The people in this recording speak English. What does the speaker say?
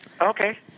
Okay